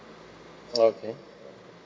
oh okay